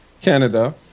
Canada